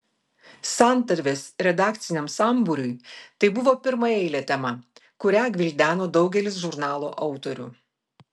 santarvės redakciniam sambūriui tai buvo pirmaeilė tema kurią gvildeno daugelis žurnalo autorių